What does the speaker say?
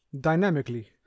Dynamically